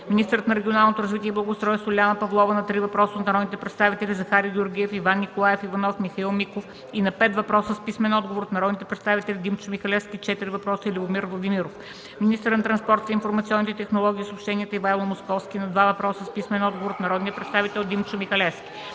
министърът на регионалното развитие и благоустройството Лиляна Павлова – на три въпроса от народните представители Захари Георгиев, Иван Николаев Иванов, и Михаил Миков и на пет въпроса с писмен отговор от народните представители Димчо Михалевски (четири въпроса) и Любомир Владимиров; - министърът на транспорта, информационните технологии и съобщенията Ивайло Московски – на два въпроса с писмен отговор от народния представител Димчо Михалевски;